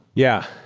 yeah.